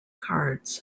cards